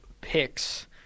picks